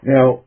Now